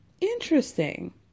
Interesting